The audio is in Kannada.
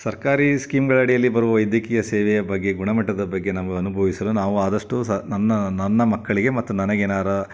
ಸರ್ಕಾರಿ ಸ್ಕೀಮ್ಗಳ ಅಡಿಯಲ್ಲಿ ಬರುವ ವೈದ್ಯಕೀಯ ಸೇವೆಯ ಬಗ್ಗೆ ಗುಣಮಟ್ಟದ ಬಗ್ಗೆ ನಮ್ಗೆ ಅನುಭವಿಸಲು ನಾವು ಆದಷ್ಟು ಸಹ ನನ್ನ ನನ್ನ ಮಕ್ಕಳಿಗೆ ಮತ್ತು ನನಗೆ ಏನಾರೂ